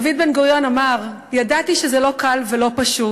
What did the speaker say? דוד בן-גוריון אמר: "ידעתי שזה לא פשוט ולא קל,